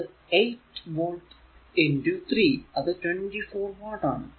അത് 8 വോൾട് 3 അത് 24 വാട്ട് ആണ്